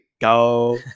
go